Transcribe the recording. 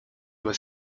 bez